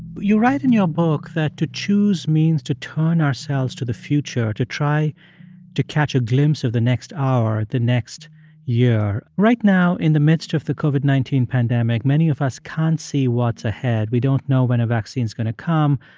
you write in your book that to choose means to turn ourselves to the future to try to catch a glimpse of the next hour, the next year. yeah right now, in the midst of the covid nineteen pandemic, many of us can't see what's ahead. we don't know when a vaccine is going to come,